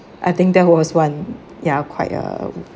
I think that was one ya quite uh